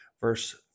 verse